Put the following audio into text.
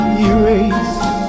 erase